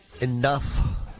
enough